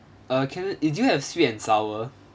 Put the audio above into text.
uh can do you have sweet and sour